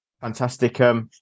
fantastic